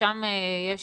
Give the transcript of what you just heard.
שם יש